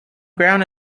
ground